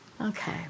Okay